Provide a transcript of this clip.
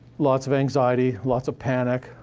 lots of anxiety, lots of panic,